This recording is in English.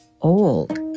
old